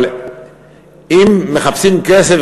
אבל אם מחפשים כסף,